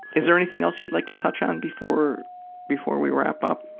is there anything else you'd like to touch on before before we wrap up?